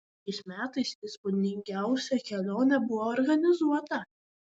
šiais metais įspūdingiausia kelionė buvo organizuota